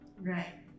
Right